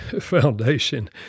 foundation